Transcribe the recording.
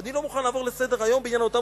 ואני לא מוכן לעבור לסדר-היום בעניין אותם